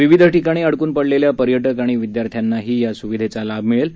विविध ठिकाणी अडकून पडलेल्या पर्यटक आणि विद्यार्थ्यांनाही या सुविधेचा लाभ मिळणार आहे